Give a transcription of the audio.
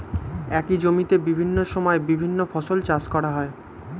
একই জমিতে বিভিন্ন সময়ে বিভিন্ন ফসল চাষ করা যায়